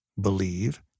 believe